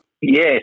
Yes